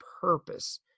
purpose